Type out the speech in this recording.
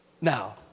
Now